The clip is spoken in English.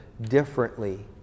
differently